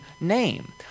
name